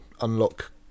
unlock